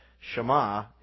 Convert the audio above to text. Shema